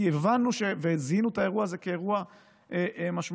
כי הבנו וזיהינו את האירוע הזה כאירוע משמעותי.